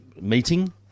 meeting